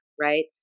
right